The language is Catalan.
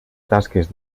tasques